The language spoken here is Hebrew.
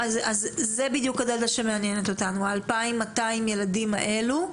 הילדים האלה מעניינים אותנו, ה-2,200 האלה.